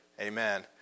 Amen